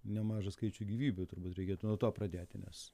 nemažą skaičių gyvybių turbūt reikėtų nuo to pradėti nes